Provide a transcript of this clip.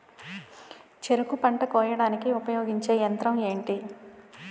చెరుకు పంట కోయడానికి ఉపయోగించే యంత్రం ఎంటి?